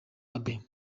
abe